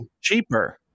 cheaper